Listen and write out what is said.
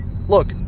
look